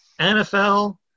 NFL